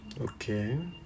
Okay